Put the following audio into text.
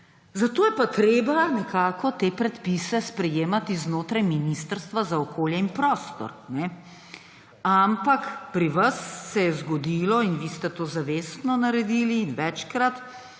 Zato je pa treba nekako te predpise sprejemati znotraj Ministrstva za okolje in prostor. Ampak pri vas se je zgodilo in vi ste to zavestno naredili in večkrat